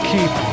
Keep